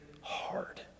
hard